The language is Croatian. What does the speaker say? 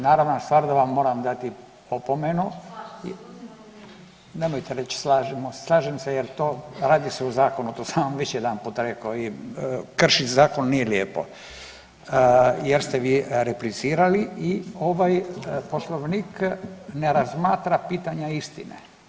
Naravna stvar da vam moram dati opomenu ... [[Upadica se ne čuje.]] nemojte reći slažem se jer to, radi se o zakonu, to sam vam već jedanput rekao i kršit zakon nije lijepo jer ste vi replicirali i ovaj Poslovnik ne razmatra pitanja istine.